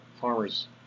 farmers